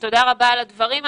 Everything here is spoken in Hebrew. תודה רבה על הדברים.